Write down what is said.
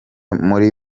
muri